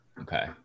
Okay